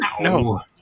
No